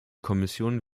kommission